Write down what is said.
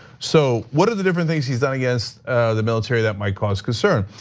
so what are the different things he's done against the military that might cause concern?